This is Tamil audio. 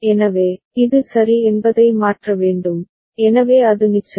எனவே இது சரி என்பதை மாற்ற வேண்டும் எனவே அது நிச்சயம்